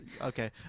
Okay